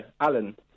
Alan